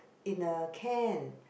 in a can